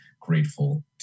grateful